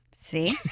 See